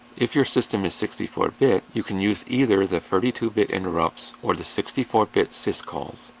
if your system is sixty four bit, you can use either the thirty two bit interrupts or the sixty four bit syscalls,